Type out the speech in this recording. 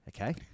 okay